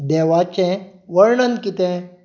देवाचें वर्णन कितें